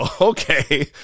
okay